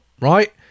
Right